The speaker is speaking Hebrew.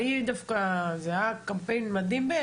אני דווקא חושבת שזה היה קמפיין מדהים.